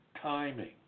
timing